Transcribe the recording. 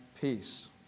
peace